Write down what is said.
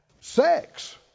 sex